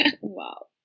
Wow